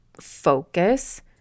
focus